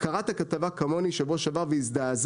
קראת את הכתבה כמוני שבוע שעבר והזדעזעת